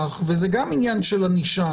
זה עניין של פיקוח וזה גם עניין של ענישה.